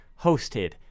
hosted